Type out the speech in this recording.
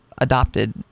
adopted